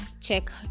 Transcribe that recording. Check